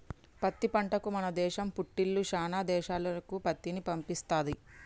పత్తి పంటకు మన దేశం పుట్టిల్లు శానా దేశాలకు పత్తిని పంపిస్తది